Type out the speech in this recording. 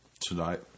tonight